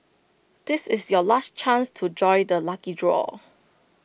this is your last chance to join the lucky draw